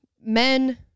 men